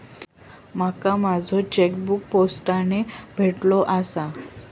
माका माझो चेकबुक पोस्टाने भेटले आसा